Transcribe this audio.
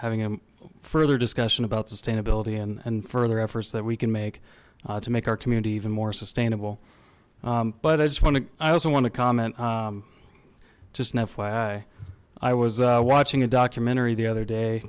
having a further discussion about sustainability and and further efforts that we can make to make our community even more sustainable but i just want to i also want to comment just an fyi i was watching a documentary the other day